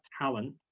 talent